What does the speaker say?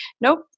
nope